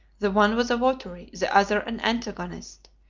the one was a votary, the other an antagonist,